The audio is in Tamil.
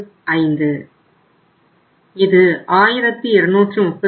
5 இது 875